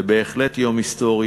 זה בהחלט יום היסטורי,